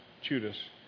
Judas